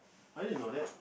I didn't know that